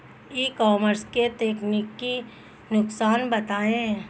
E commerce के तकनीकी नुकसान बताएं?